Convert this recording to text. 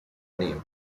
name